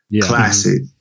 classic